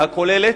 הכוללת: